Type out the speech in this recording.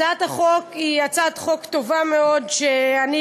התשע"ו 2016,